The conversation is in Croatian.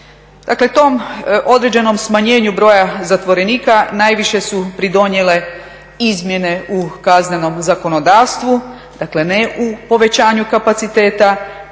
Dakle tom određenu smanjenju broja zatvorenika najviše su pridonijele izmjene u kaznenom zakonodavstvu, dakle ne u povećanju kapaciteta